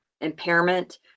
impairment